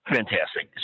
Fantastic